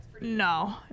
no